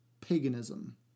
paganism